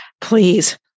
please